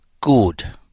good